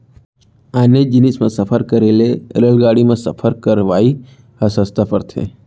आने जिनिस म सफर करे ले रेलगाड़ी म सफर करवाइ ह सस्ता परथे